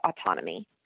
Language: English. autonomy